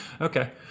okay